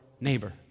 neighbor